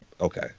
okay